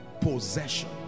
possession